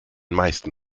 meisten